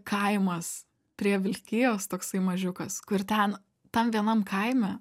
kaimas prie vilkijos toksai mažiukas kur ten tam vienam kaime